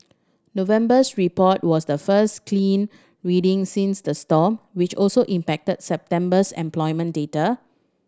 November's report was the first clean reading since the storm which also impacted September's employment data